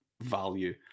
value